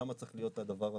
שם צריך להיות הדבר הזה.